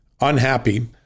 unhappy